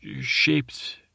shaped